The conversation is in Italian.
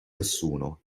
nessuno